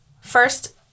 first